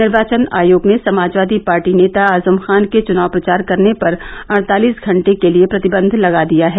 निर्वाचन आयोग ने समाजवादी पार्टी नेता आज़म ख़ान के चुनाव प्रचार करने पर अड़तालिस घंटे के लिए प्रतिबंध लगा दिया है